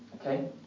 okay